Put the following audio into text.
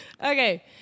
Okay